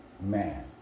man